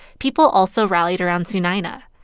people also rallied around sunayana.